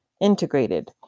Integrated